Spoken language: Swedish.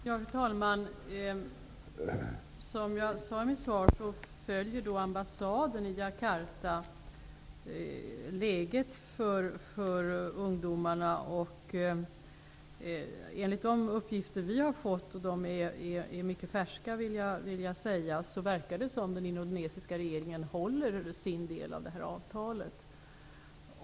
Fru talman! Som jag sade i mitt svar följer ambassaden i Jakarta läget för ungdomarna. Enligt de uppgifter vi har fått -- de är mycket färska -- verkar det som om den indonesiska regeringen håller sin del av avtalet.